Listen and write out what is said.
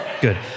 good